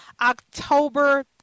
October